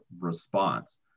response